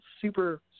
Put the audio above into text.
super